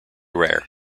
rare